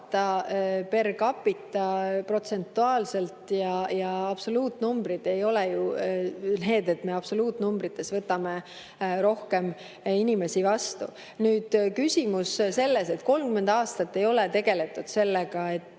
capitaprotsentuaalselt ja absoluutnumbrid, ei ole ju nii, et absoluutnumbrites võtame rohkem inimesi vastu. Nüüd, küsimus selle kohta, et 30 aastat ei ole tegeletud sellega, et